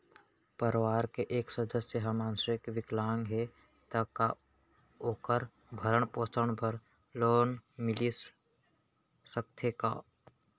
परवार के एक सदस्य हा मानसिक विकलांग हे त का वोकर भरण पोषण बर लोन मिलिस सकथे का?